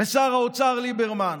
ושר האוצר ליברמן.